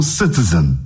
citizen